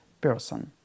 person